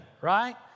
right